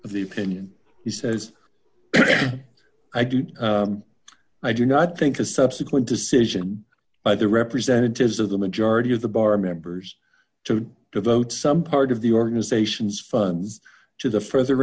the the opinion he says i do i do not think a subsequent decision by the representatives of the majority of the bar members to devote some part of the organization's funds to the further